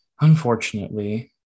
Unfortunately